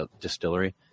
distillery